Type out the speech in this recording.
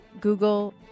Google